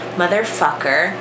motherfucker